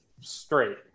straight